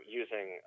using